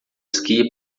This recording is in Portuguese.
esqui